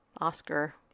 Oscar